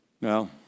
Now